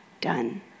done